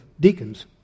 deacons